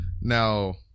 Now